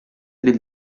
del